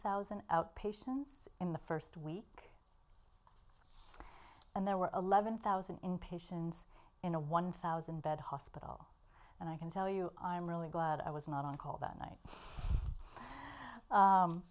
thousand outpatients in the first week and there were eleven thousand patients in a one thousand bed hospital and i can tell you i'm really glad i was not on call that night